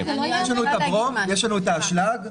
סדרי הגודל שאמרנו אלה סדרי הגודל.